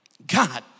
God